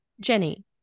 Jenny